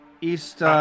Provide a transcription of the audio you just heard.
East